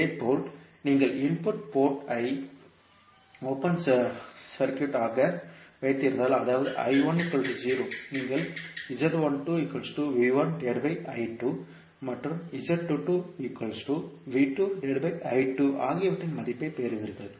இதேபோல் நீங்கள் input port ஐ ஓபன் சர்க்யூட் ஆக வைத்திருந்தால் அதாவது நீங்கள் மற்றும் ஆகியவற்றின் மதிப்பைப் பெறுவீர்கள்